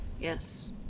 yes